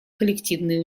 коллективные